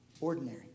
Ordinary